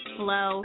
Hello